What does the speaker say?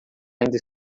ainda